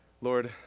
Lord